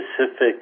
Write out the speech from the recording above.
specific